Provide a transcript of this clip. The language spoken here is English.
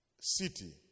city